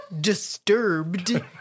disturbed